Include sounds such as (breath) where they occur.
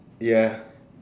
yeah (breath)